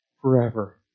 forever